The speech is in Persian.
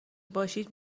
باشید